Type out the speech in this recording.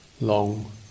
long